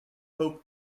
hope